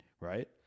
right